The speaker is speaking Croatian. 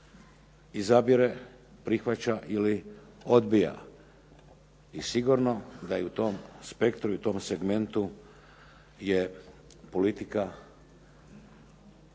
izabire, prihvaća ili odbija. I sigurno da i u tom spektru i u tom segmentu je politika